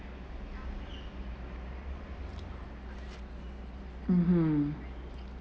mmhmm